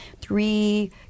three